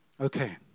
Okay